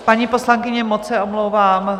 Paní poslankyně, moc se omlouvám.